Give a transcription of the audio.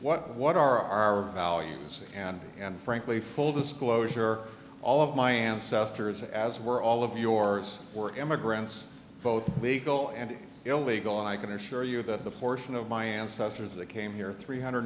what what are our values and and frankly full disclosure all of my ancestors as were all of yours were immigrants both legal and illegal and i can assure you that the portion of my ancestors that came here three hundred